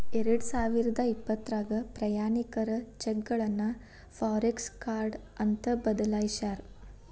ಎರಡಸಾವಿರದ ಇಪ್ಪತ್ರಾಗ ಪ್ರಯಾಣಿಕರ ಚೆಕ್ಗಳನ್ನ ಫಾರೆಕ್ಸ ಕಾರ್ಡ್ ಅಂತ ಬದಲಾಯ್ಸ್ಯಾರ